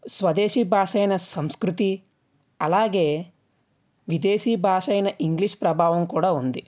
స్వదేశీ భాషైన అయిన సంస్కృతి అలాగే విదేశీ భాషైన ఇంగ్లీష్ ప్రభావం కూడా ఉంది